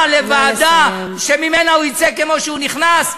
לוועדה שממנה הם יצאו כמו שהוא נכנסו,